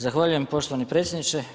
Zahvaljujem poštovani predsjedniče.